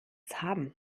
haben